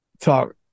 talk